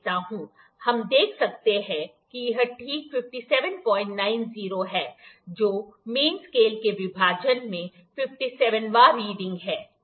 हम देख सकते हैं कि यह ठीक 5790 है जो मेन स्केल के विभाजन में 57 वाँ रीडिंग है ठीक है